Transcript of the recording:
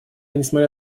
несмотря